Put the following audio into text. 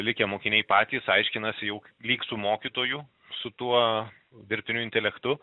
likę mokiniai patys aiškinasi jog lyg su mokytoju su tuo dirbtiniu intelektu